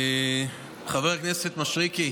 חבר הכנסת מישרקי,